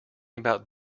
about